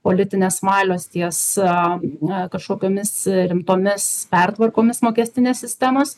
politinės valios ties a na kažkokiomis rimtomis pertvarkomis mokestinės sistemos